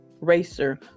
racer